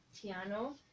piano